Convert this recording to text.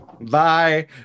Bye